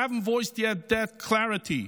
haven’t yet voiced their clarity,